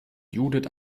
judith